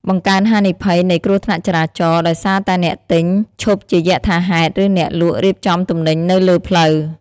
បង្កើនហានិភ័យនៃគ្រោះថ្នាក់ចរាចរណ៍ ដោយសារតែអ្នកទិញឈប់ជាយថាហេតុ ឬអ្នកលក់រៀបចំទំនិញនៅលើផ្លូវ។